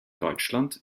deutschland